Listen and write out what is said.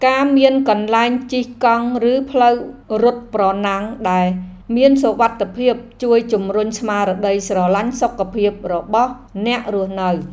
ការមានកន្លែងជិះកង់ឬផ្លូវរត់ប្រណាំងដែលមានសុវត្ថិភាពជួយជម្រុញស្មារតីស្រឡាញ់សុខភាពរបស់អ្នករស់នៅ។